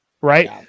Right